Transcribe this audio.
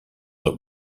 that